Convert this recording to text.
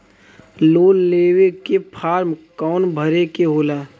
Loan लेवे के form कौन भरे के होला?